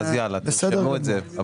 יאללה, תרשמו את זה.